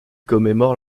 commémore